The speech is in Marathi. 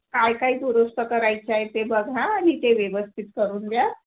काय काय दुरुस्त करायचा आहे ते बघा आणि ते व्यवस्थित करून द्या